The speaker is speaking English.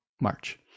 March